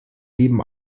leben